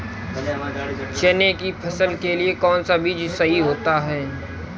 चने की फसल के लिए कौनसा बीज सही होता है?